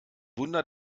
wunder